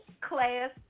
class